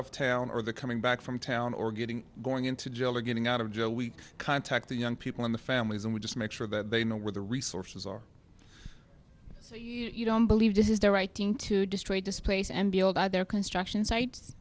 of town or the coming back from town or getting going into jail or getting out of jail we contact the young people in the families and we just make sure that they know where the resources are so you don't believe this is the right thing to destroy displace m b o by their construction sites